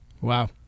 Wow